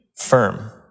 firm